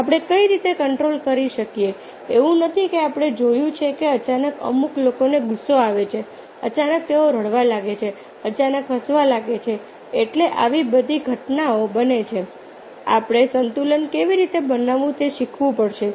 આપણે કઈ રીતે કંટ્રોલ કરી શકીએ એવું નથી કે આપણે જોયું છે કે અચાનક અમુક લોકોને ગુસ્સો આવે છે અચાનક તેઓ રડવા લાગે છે અચાનક હસવા લાગે છે એટલે આવી બધી ઘટનાઓ બને છે આપણે સંતુલન કેવી રીતે બનાવવું તે શીખવું પડશે